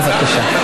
בבקשה.